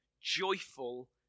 joyful